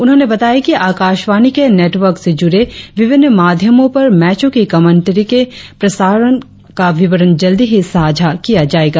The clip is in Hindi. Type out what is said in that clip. उन्होंने बताया कि आकाशवाणी के नेटवर्क से जुड़े विभिन्न माध्यमों पर मैचों की कमेंटरी के प्रसारण का विवरण जल्दी ही साझा किया जायेगा